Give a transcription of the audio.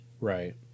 right